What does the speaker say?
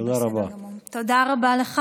תודה רבה.